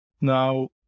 Now